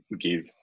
give